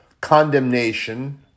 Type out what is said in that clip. condemnation